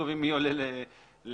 מי עולה לראיון.